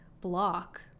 block